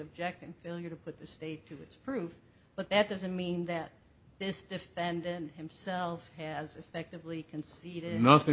object and failure to put the state to its proof but that doesn't mean that this defendant himself has effectively conceded